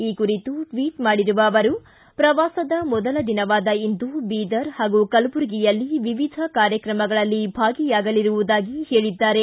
ಈ ಕುರಿತು ಟ್ವಿಬ್ ಮಾಡಿರುವ ಅವರು ಪ್ರವಾಸದ ಮೊದಲ ದಿನವಾದ ಇಂದು ಬೀದರ್ ಹಾಗೂ ಕಲಬುರಗಿಯಲ್ಲಿ ವಿವಿಧ ಕಾರ್ಯಕ್ರಮಗಳಲ್ಲಿ ಭಾಗಿಯಾಗಲಿರುವುದಾಗಿ ಎಂದು ಹೇಳಿದ್ದಾರೆ